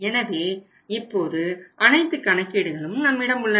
எனவே இப்போது அனைத்து கணக்கீடுகளும் நம்மிடம் உள்ளன